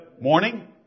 Morning